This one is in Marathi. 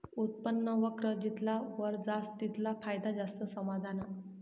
उत्पन्न वक्र जितला वर जास तितला फायदा जास्त समझाना